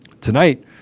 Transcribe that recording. Tonight